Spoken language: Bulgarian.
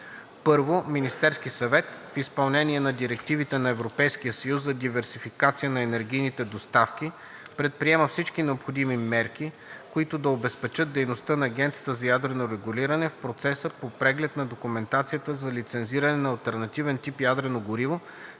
1. Министерският съвет в изпълнение на директивите на Европейския съюз за диверсификация на енергийните доставки предприема всички необходими мерки, които да обезпечат дейността на Агенцията за ядрено регулиране в процеса по преглед на документацията за лицензиране на алтернативен тип ядрено гориво